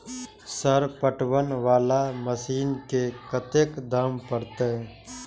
Sir पटवन वाला machine के कतेक दाम परतें?